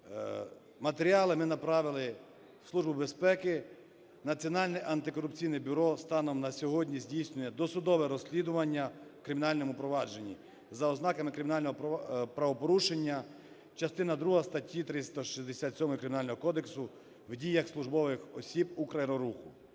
Матеріали ми направили в Службу безпеки. Національне антикорупційне бюро станом на сьогодні здійснює досудове розслідування у кримінальному провадженні за ознаками кримінального правопорушення, частина друга статті 367 Кримінального кодексу в діях службових осіб "Украероруху".